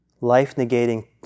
life-negating